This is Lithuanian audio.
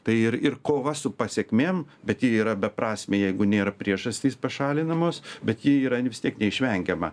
tai ir ir kova su pasekmėm bet ji yra beprasmė jeigu nėra priežastys pašalinamos bet ji yra vis tiek neišvengiama